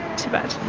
tibet.